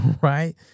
right